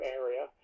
area